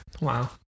wow